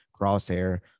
Crosshair